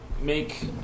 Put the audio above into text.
make